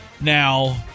Now